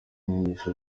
inyigisho